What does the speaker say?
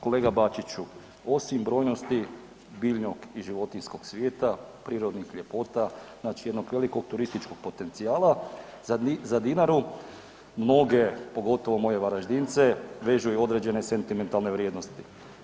Kolega Bačiću, osim brojnosti biljnog i životinjskog svijeta, prirodnih ljepota, znači jednog velikog turističkog potencijala za Dinaru mnoge pogotovo moje Varaždince vežu i određene sentimentalne vrijednosti.